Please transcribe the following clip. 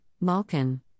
Malkin